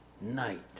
night